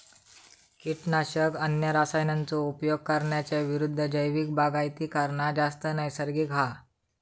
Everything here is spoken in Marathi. किटकनाशक, अन्य रसायनांचो उपयोग करणार्यांच्या विरुद्ध जैविक बागायती करना जास्त नैसर्गिक हा